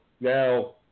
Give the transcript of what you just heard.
now